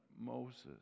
Moses